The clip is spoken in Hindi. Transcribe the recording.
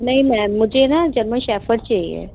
नहीं मैम मुझे ना जर्मन शेफर्ड चाहिए